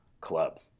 club